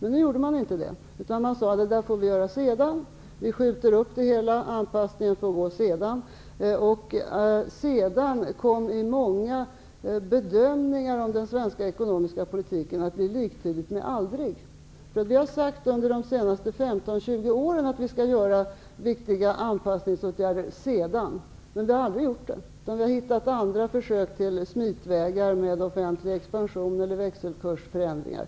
Nu gjorde man inte det, utan man sade att det där får vi göra sedan. Vi skjuter upp det hela. Anpassningen får ske sedan. ''Sedan'' kom i många bedömningar av den svenska ekonomiska politiken att bli liktydigt med ''aldrig''. Vi har sagt under de senaste 15--20 åren att vi skall göra viktiga anpassningsåtgärder sedan, men vi har aldrig gjort det, utan vi har försökt hitta smitvägar med offentlig expansion eller växelkursförändringar.